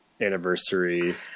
anniversary